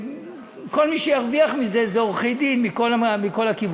וכל מי שירוויח מזה זה עורכי דין מכל הכיוונים,